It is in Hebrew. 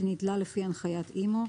שניטלה לפי הנחיית אימ"ו.